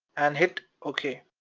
and hit okay.